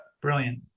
Brilliant